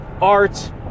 art